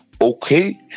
Okay